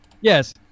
Yes